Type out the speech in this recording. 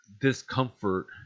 discomfort